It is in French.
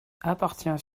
appartient